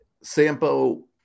Sampo